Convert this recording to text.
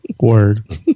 Word